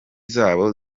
zabo